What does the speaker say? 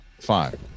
Five